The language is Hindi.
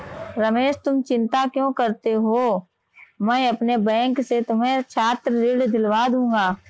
रमेश तुम चिंता क्यों करते हो मैं अपने बैंक से तुम्हें छात्र ऋण दिलवा दूंगा